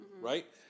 right